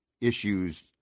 issues